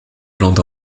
planté